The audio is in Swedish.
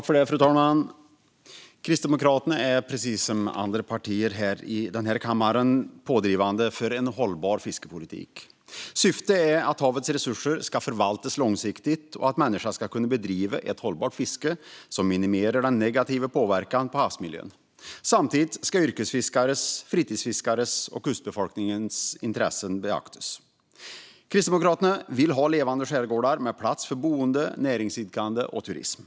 Fru talman! Kristdemokraterna är, precis som andra partier i denna kammare, pådrivande för en hållbar fiskeripolitik. Syftet är att havets resurser ska förvaltas långsiktigt och att människan ska kunna bedriva ett hållbart fiske som minimerar den negativa påverkan på havsmiljön. Samtidigt ska yrkesfiskares, fritidsfiskares och kustbefolkningens intressen beaktas. Kristdemokraterna vill ha levande skärgårdar med plats för boende, näringsidkande och turism.